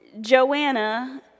Joanna